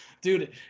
Dude